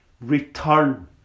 Return